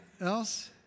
else